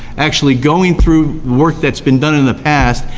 actually going through work that's been done in the past,